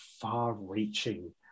far-reaching